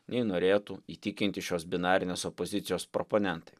nei norėtų įtikinti šios binarinės opozicijos proponentai